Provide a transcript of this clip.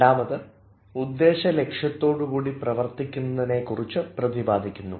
രണ്ടാമത് ഉദ്ദേശലക്ഷ്യത്തോടുകൂടി പ്രവർത്തിക്കുന്നതിനെ കുറിച്ച് പ്രതിപാദിക്കുന്നു